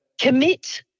Commit